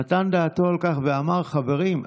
הוא נתן דעתו על כך ואמר: חברים,